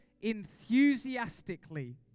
enthusiastically